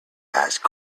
asked